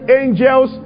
angels